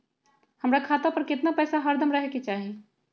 हमरा खाता पर केतना पैसा हरदम रहे के चाहि?